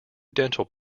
dental